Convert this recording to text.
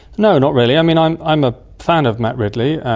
no, not really. i mean, i'm i'm a fan of matt ridley,